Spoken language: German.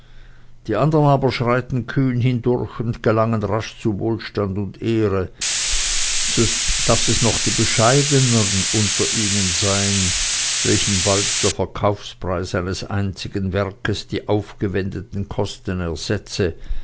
die andern aber schreiten kühn hindurch und gelangen rasch zu wohlstand und ehre so daß es noch die bescheideneren unter ihnen seien welchen bald der verkaufspreis eines einzigen werkes die aufgewendeten kosten ersetze